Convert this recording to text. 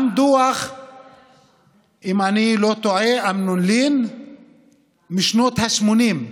גם דוח אמנון לין, אם אני לא טועה, משנות השמונים,